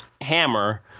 Hammer